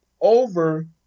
over